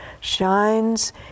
shines